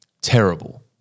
terrible